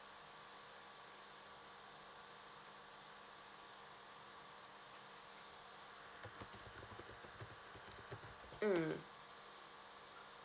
mm